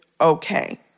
okay